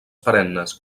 perennes